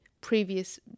previous